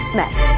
mess